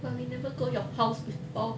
but we never go your house before